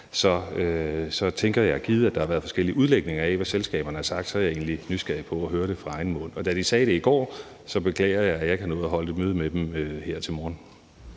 af forruden, og givet, at der har været forskellige udlægninger af, hvad selskaberne har sagt, er jeg egentlig nysgerrig på at høre det fra deres egen mund, og da de sagde det i går, beklager jeg, at jeg ikke har nået at holde et møde dem her til morgen.